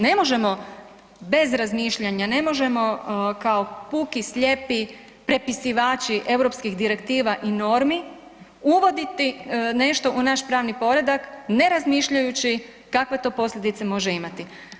Ne možemo bez razmišljanja, ne možemo kao puki slijepi prepisivači europskih direktiva i normi uvoditi nešto u naš pravni poredak ne razmišljaju kakve to posljedice može imati.